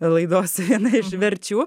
laidos viena iš verčių